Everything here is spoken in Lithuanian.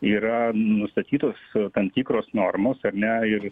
yra nustatytos tam tikros normos ar ne ir